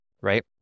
Right